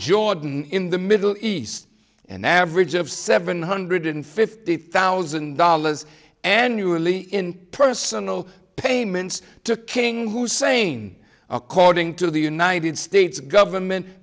jordan in the middle east an average of seven hundred fifty thousand dollars annually in personal payments to king hussein according to the united states government